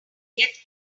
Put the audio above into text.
get